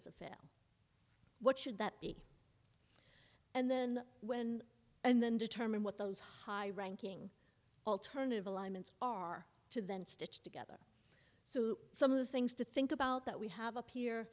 as a fail what should that be and then when and then determine what those high ranking alternative alignments are to then stitched together so some of the things to think about that we have up here